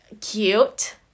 cute